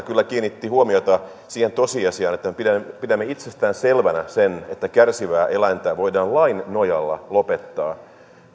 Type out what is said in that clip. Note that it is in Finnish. kyllä kiinnitti huomiota siihen tosiasiaan että me pidämme itsestään selvänä sitä että kärsivä eläin voidaan lain nojalla lopettaa